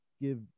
give